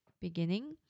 beginning